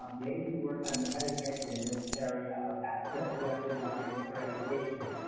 they do work on the cutting edge in this area of access web design for education.